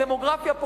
הדמוגרפיה,